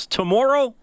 tomorrow